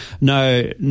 no